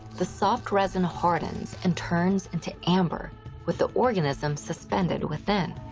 the soft resin hardens and turns into amber with the organism suspended within.